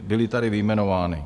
Byly tady vyjmenovány.